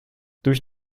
durch